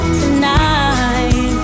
tonight